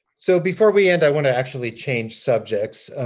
so before we end, i want to actually change subjects.